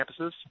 campuses